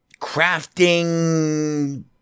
crafting